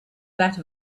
that